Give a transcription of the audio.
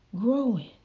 growing